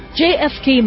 jfk